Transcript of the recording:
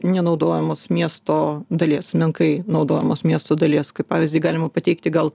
nenaudojamos miesto dalies menkai naudojamos miesto dalies kaip pavyzdį galima pateikti gal